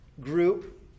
group